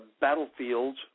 battlefields